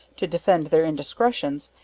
to defend their indiscretions,